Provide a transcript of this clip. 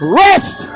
rest